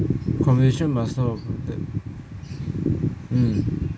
conversation must not um